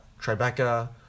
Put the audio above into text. Tribeca